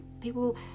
people